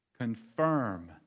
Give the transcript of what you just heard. confirm